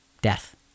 death